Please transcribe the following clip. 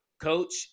Coach